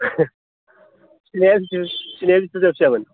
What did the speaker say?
फिनाया बिसि फिनाया बिसि बुरजा फियामोन